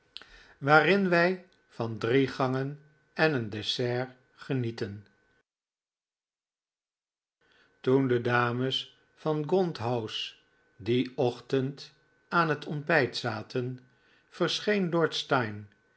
waarin wi van drie gangen en een dessert genieten oa oatt o on j j ames van gaunt house dien ochtend aan het ontbijt zaten verscheen